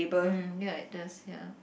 mm like this ya